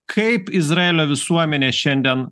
kaip izraelio visuomenė šiandien